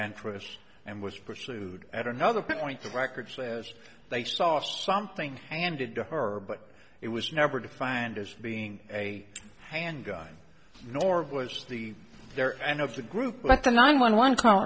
interest and was pursued at another point the record says they saw something handed to her but it was never defined as being a handgun nor was the there any of the group but the nine one one ca